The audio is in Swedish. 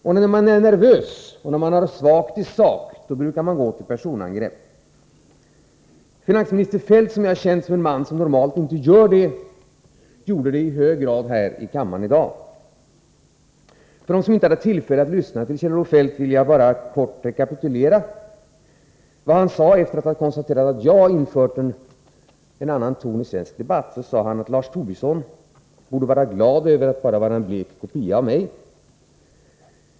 Och när man är nervös och svag i sak, då brukar man gå till personangrepp. Finansminister Feldt, som jag har känt som en man som normalt inte gör personangrepp, gjorde det i hög grad här i kammaren i dag. För dem som inte hade tillfälle att lyssna till honom vill jag bara kort rekapitulera vad han sade efter att ha konstaterat att jag hade infört en annan ton i svensk debatt. Han sade att Lars Tobisson borde vara glad över att bara vara en blek kopia av mig.